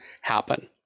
happen